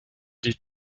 die